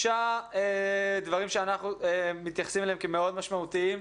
אגיד ארבעה דברים שאנחנו מתייחסים אליהם כמאוד משמעותיים,